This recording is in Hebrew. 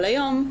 אבל היום,